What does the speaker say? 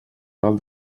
tal